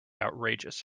outrageous